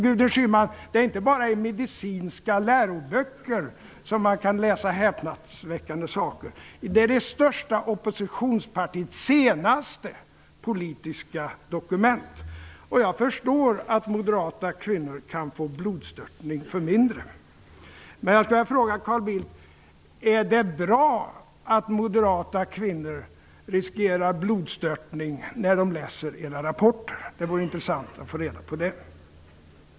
Gudrun Schyman, det är alltså inte bara i medicinska läroböcker som man kan läsa häpnadsväckande saker utan också i det största oppositionspartiets senaste politiska dokument. Jag förstår att moderata kvinnor kan få blodstörtning för mindre. Jag skulle vilja fråga Carl Bildt: Är det bra att moderata kvinnor riskerar blodstörtning när de läser era rapporter? Det vore intressant att få reda på det.